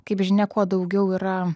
kaip žinia kuo daugiau yra